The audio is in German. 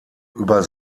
über